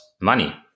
money